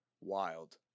Wild